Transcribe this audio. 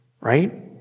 right